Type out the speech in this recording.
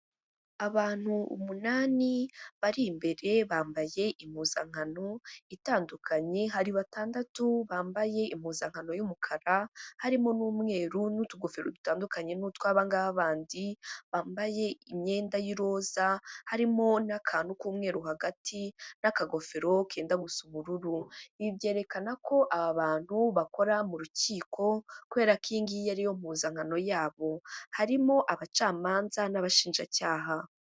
Abantu umunani bari imbere bambaye impuzankano itandukanye hari batandatu bambaye impuzankano y'umukara, harimo n'umweru n'utugofero dutandukanye n'utw'abangaba bandi bambaye imyenda y'iroza, harimo n'akantu k'umweru hagati n'akagofero kenda gusa ubururu. Ibi byerekana ko aba bantu bakora mu rukiko kubera ko iyi ngiyi ariyo mpuzankano yabo, harimo abacamanza n'abashinjacyaha.